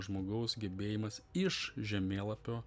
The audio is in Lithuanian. žmogaus gebėjimas iš žemėlapio